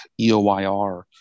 EOIR